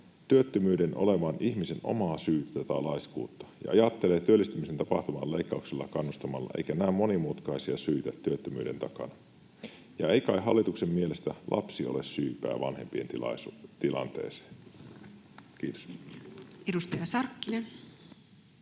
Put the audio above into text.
työttömyyden olevan ihmisen omaa syytä tai laiskuutta ja ajattelee työllistymisen tapahtuvan leikkauksilla kannustamalla eikä näe monimutkaisia syitä työttömyyden takana. Ja ei kai hallituksen mielestä lapsi ole syypää vanhempien tilanteeseen? — Kiitos. [Speech